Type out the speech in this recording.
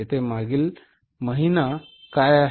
येथे मागील मागील महिना काय आहे